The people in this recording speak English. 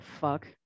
fuck